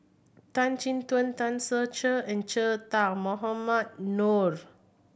Tan Chin Tuan Tan Ser Cher and Che Dah Mohamed Noorth